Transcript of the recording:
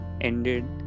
ended